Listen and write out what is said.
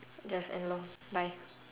just end lor bye